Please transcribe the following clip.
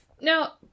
No